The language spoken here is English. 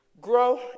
Grow